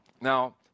Now